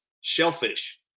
shellfish